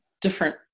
different